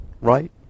right